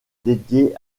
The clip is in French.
dédiée